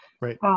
Right